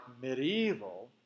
medieval